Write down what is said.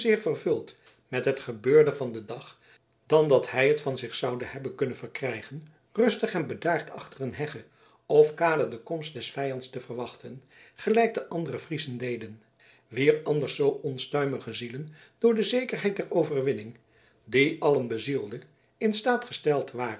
vervuld met het gebeurde van den dag dan dat hij het van zich zoude hebben kunnen verkrijgen rustig en bedaard achter een hegge of kade de komst des vijands te verwachten gelijk de andere friezen deden wier anders zoo onstuimige zielen door de zekerheid der overwinning die allen bezielde in staat gesteld waren